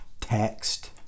text